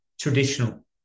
traditional